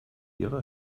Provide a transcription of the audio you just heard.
ihre